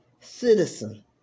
citizen